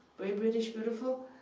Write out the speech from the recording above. very british beautiful.